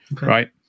right